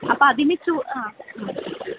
അപ്പം അതിനു ആ